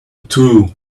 too